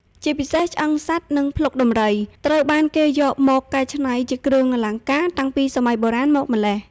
ជាពិសេស ឆ្អឹងសត្វ និងភ្លុកដំរី ត្រូវបានគេយកមកកែច្នៃជាគ្រឿងអលង្ការតាំងពីសម័យកាលបុរាណមកម្ល៉េះ។